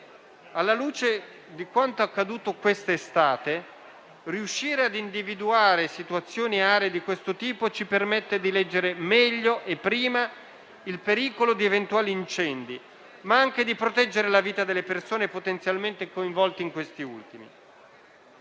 Alla luce di quanto accaduto questa estate, riuscire a individuare situazioni e aree di questo tipo ci permette di leggere meglio e prima il pericolo di eventuali incendi, ma anche di proteggere la vita delle persone potenzialmente coinvolte in questi ultimi.